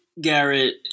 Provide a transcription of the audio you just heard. Garrett